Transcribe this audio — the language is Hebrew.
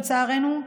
לצערנו,